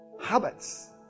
habits